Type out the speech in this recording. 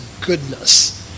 goodness